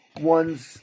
one's